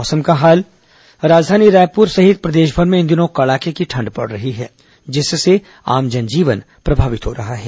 मौसम राजधानी रायपुर सहित प्रदेशमर में इन दिनों कड़ाके की ठंड पड़ रही है जिससे आम जनजीवन प्रभावित हो रहा है